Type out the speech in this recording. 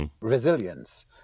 Resilience